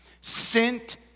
sent